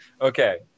Okay